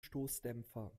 stoßdämpfer